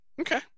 Okay